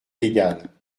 légale